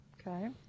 Okay